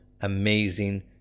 amazing